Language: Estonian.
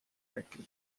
rääkida